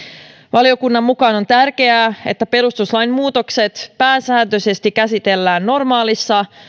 valiokunnan mukaan on tärkeää että perustuslain muutokset pääsääntöisesti käsitellään normaalissa